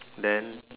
then